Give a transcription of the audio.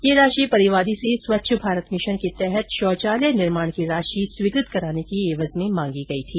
ये राशि परिवादी से स्वच्छ भारत मिशन के तहत शौचालय निर्माण की राशि स्वीकृत कराने की एवज में मांगी गई थी